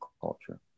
culture